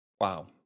Wow